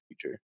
future